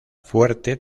fuerte